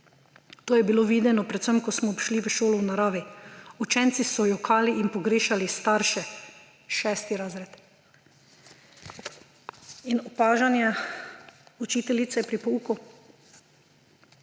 To je bilo videno predvsem, ko smo šli v šolo v naravi. Učenci so jokali in pogrešali starše ‒ 6. razred.« Opažanja učiteljice pri pouku: